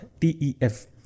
TEF